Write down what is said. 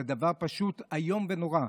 זה דבר פשוט איום ונורא,